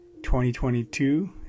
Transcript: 2022